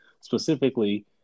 Specifically